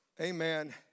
Amen